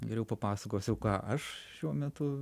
geriau papasakosiu ką aš šiuo metu